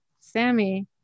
Sammy